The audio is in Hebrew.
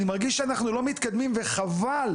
אני מרגיש שאנחנו לא מתקדמים וחבל.